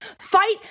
Fight